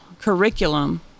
curriculum